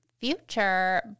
future